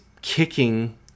kicking